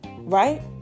Right